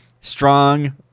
strong